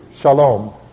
Shalom